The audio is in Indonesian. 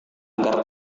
agar